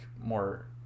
more